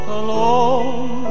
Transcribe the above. alone